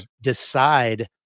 decide